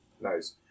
Nice